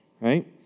Right